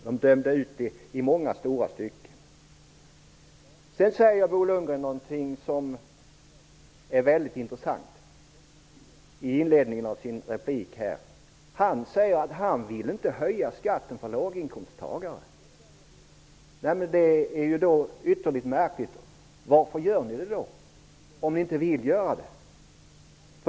Det dömdes ut i många stora stycken. Bo Lundgren säger något som är mycket intressant i inledningen av sin replik. Han säger att han inte vill höja skatten för låginkomsttagare. Det är då ytterligt märkligt att ni gör det, om ni inte vill göra det.